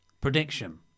Prediction